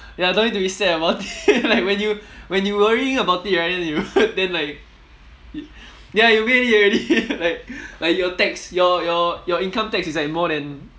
ya you don't need to be sad about it like when you when you worrying about it right then you then like ya then you made it already like like your tax your your your income tax is like more than